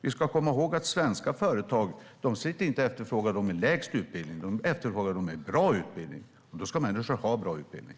Vi ska komma ihåg att svenska företag inte efterfrågar dem med lägst utbildning; de efterfrågar dem med bra utbildning. Då ska människor ha bra utbildning.